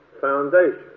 Foundation